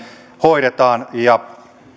hoidetaan